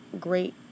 great